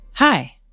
Hi